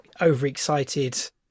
overexcited